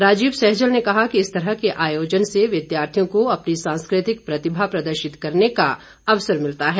राजीव सैजल ने कहा कि इस तरह के आयोजन से विद्यार्थियों को अपनी सांस्कृतिक प्रतिभा प्रदर्शित करने का अवसर मिलता है